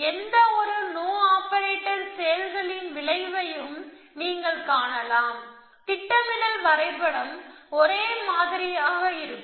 எந்தவொரு no op செயல்களின் விளைவையும் நீங்கள் காணலாம் திட்டமிடல் வரைபடம் ஒரே மாதிரியாக இருக்கும்